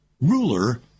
ruler